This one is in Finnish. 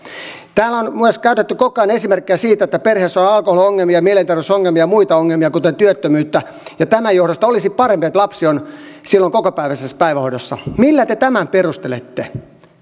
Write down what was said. täällä on myös käytetty koko ajan esimerkkejä siitä että jos perheessä on on alkoholiongelmia mielenterveysongelmia ja muita ongelmia kuten työttömyyttä niin tämän johdosta olisi parempi että lapsi on silloin kokopäiväisessä päivähoidossa millä te tämän perustelette